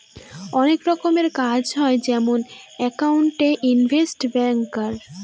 অনেক রকমের কাজ হয় যেমন একাউন্ট, ইনভেস্টর, ব্যাঙ্কার